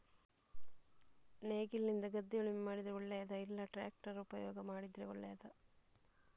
ನೇಗಿಲಿನಿಂದ ಗದ್ದೆ ಉಳುಮೆ ಮಾಡಿದರೆ ಒಳ್ಳೆಯದಾ ಇಲ್ಲ ಟ್ರ್ಯಾಕ್ಟರ್ ಉಪಯೋಗ ಮಾಡಿದರೆ ಒಳ್ಳೆಯದಾ?